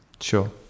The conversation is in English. sure